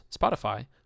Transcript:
Spotify